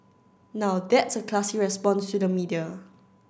now that's a classy response to the media